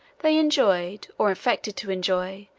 they enjoyed, or affected to enjoy,